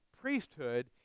priesthood